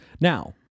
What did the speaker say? Now